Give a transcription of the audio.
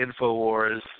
Infowars